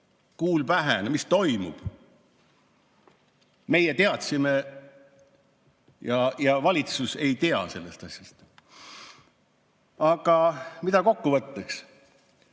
Kuul pähe, mis toimub! Meie teadsime. Aga valitsus ei tea sellest asjast. Aga mida kokkuvõtteks?